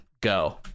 go